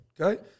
Okay